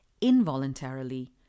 involuntarily